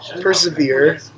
persevere